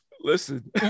Listen